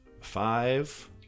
Five